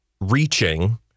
reaching